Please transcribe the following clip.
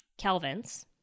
Kelvins